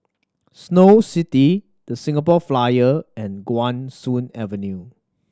Snow City The Singapore Flyer and Guan Soon Avenue